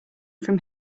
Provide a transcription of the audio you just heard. from